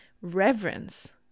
reverence